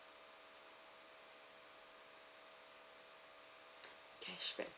cashback